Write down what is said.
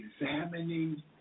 examining